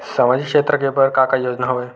सामाजिक क्षेत्र के बर का का योजना हवय?